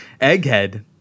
Egghead